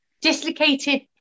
dislocated